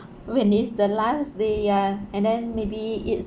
when it's the last day ya and then maybe eat